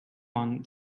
one